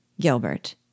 Gilbert